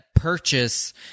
purchase